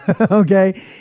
Okay